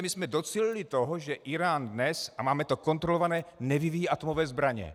My jsme docílili toho, že Írán dnes a máme to kontrolované nevyvíjí atomové zbraně.